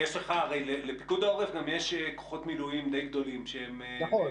יודעים --- לפיקוד העורף גם יש כוחות מילואים די גדולים --- נכון.